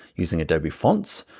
using adobe fonts,